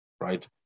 right